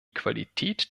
qualität